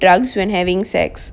drugs when having sex